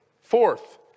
fourth